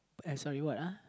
sorry what uh